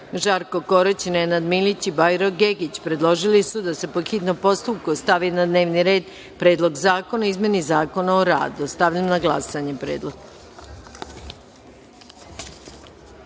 Žarko Korać, Nenad Milić i Bajro Gegić predložili su da se, po hitnom postupku, stavi na dnevni red - Predlog zakona o izmeni Zakona o radu. Stavljam na glasanje ovaj